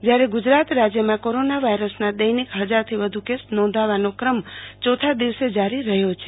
જયારે ગુજરાત રાજયમાં કોરોના વાયરસના દૈનિક હજારથી વધુ કેસ નોંધવાનો ક્રમ ચો થા દિવસે જારી રહયો છે